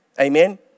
Amen